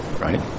right